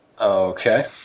Okay